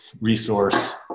resource